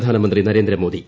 പ്രധാനമന്ത്രി നരേന്ദ്രമോദി